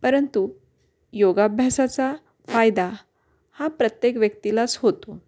परंतु योगाभ्यासाचा फायदा हा प्रत्येक व्यक्तीलाच होतो